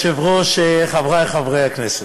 אדוני היושב-ראש, חברי חברי הכנסת,